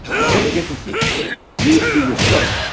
the education system needs to be restructured.